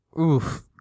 oof